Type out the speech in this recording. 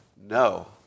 No